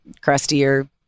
crustier